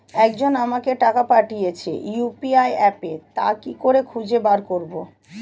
একজন আমাকে টাকা পাঠিয়েছে ইউ.পি.আই অ্যাপে তা কি করে খুঁজে বার করব?